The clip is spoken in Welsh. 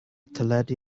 teledu